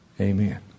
Amen